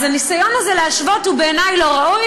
אז הניסיון הזה להשוות הוא בעיני לא ראוי,